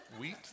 Wheat